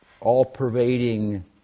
all-pervading